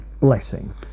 blessing